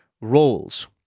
roles